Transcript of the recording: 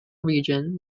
region